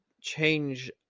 change